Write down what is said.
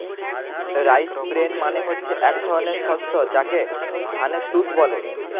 rice bran মানে হচ্ছে এক ধরনের শস্য যাকে ধানের তুষ বলে